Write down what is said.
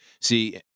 see